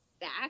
back